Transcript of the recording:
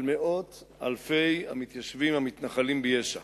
על מאות אלפי המתיישבים המתנחלים ביש"ע.